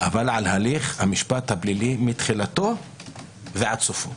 אבל על הליך המשפט הפלילי מתחילתו ועד סופו.